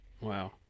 wow